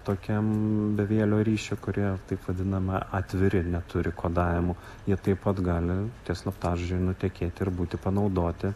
tokiam bevielio ryšio kurie taip vadinama atviri neturi kodavimo jie taip pat gali tie slaptažodžiai nutekėti ir būti panaudoti